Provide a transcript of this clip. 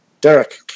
Derek